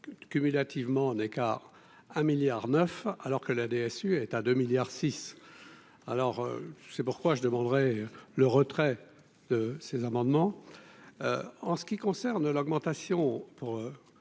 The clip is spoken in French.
cumulativement d'écart 1 milliard 9, alors que la DSU est 2 milliards 6 alors, c'est pourquoi je demanderai le retrait de ces amendements en ce qui concerne l'augmentation pour